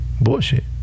Bullshit